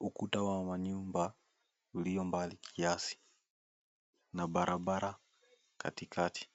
ukuta wa manyumba ulio mbali kiasi. Na barabara katikati.